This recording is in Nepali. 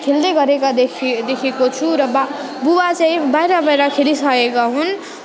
खेल्दैगरेका देखेँ देखेको छु र बा बुबा चाहिँ बाहिर बाहिर खेलिसकेका हुन्